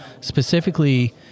specifically